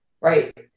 right